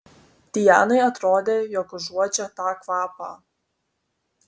dianai atrodė jog užuodžia tą kvapą